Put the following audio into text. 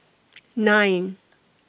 nine